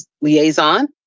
liaison